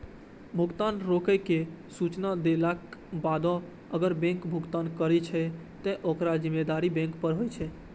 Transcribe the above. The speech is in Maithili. भुगतान रोकै के सूचना देलाक बादो अगर बैंक भुगतान करै छै, ते ओकर जिम्मेदारी बैंक पर होइ छै